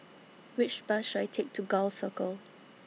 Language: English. Which Bus should I Take to Gul Circle